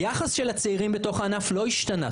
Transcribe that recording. היחס של הצעירים בתוך הענף לא השתנה.